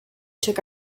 took